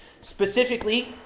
Specifically